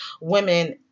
women